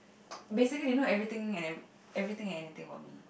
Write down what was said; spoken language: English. basically they know everything and ev~ everything and anything about me